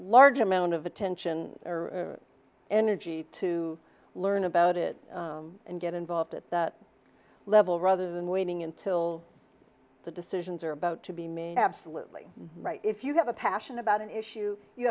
large amount of attention or energy to learn about it and get involved at that level rather than waiting until the decisions are about to be made absolutely right if you have a passion about an issue you